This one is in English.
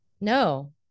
No